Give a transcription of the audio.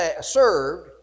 served